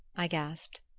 i gasped.